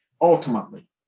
Ultimately